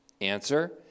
answer